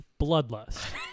Bloodlust